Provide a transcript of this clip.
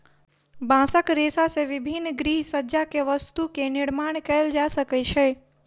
बांसक रेशा से विभिन्न गृहसज्जा के वस्तु के निर्माण कएल जा सकै छै